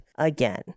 again